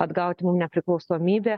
atgauti mum nepriklausomybę